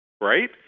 right